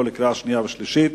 שנייה ולקריאה שלישית